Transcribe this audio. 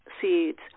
seeds